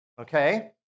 Okay